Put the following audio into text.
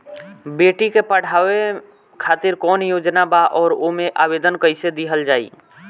बेटी के पढ़ावें खातिर कौन योजना बा और ओ मे आवेदन कैसे दिहल जायी?